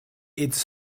it’s